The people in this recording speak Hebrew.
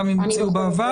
גם אם הוציאו בעבר,